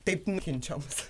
taip mylinčioms